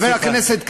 חבר הכנסת קיש,